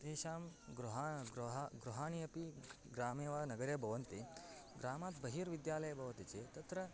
तेषां गृहं गृहाणि गृहाणि अपि ग्रामे वा नगरे भवन्ति ग्रामात् बहिर्विद्यालयः भवति चेत् तत्र